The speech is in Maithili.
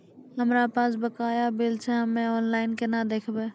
हमरा पास बकाया बिल छै हम्मे ऑनलाइन केना देखबै?